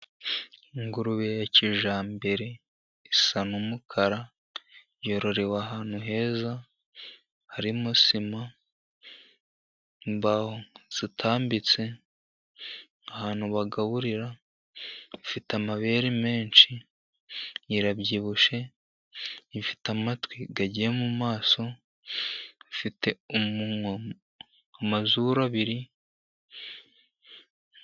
Ingurube ya kijyambere isa n'umukara, yororewe ahantu heza, harimo sima. Imbaho zitambitse ahantu bagaburira, ifite amabere menshi, irabyibushye, ifite amatwi agiye mu maso, ifite umunwa, Amazuru abiri.